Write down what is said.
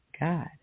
God